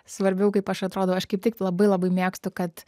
svarbiau kaip aš atrodau aš kaip tik labai labai mėgstu kad